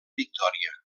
victòria